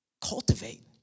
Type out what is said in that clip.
cultivate